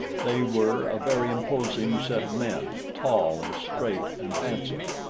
they were a very imposing set of men tall and straight and handsome.